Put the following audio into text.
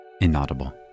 inaudible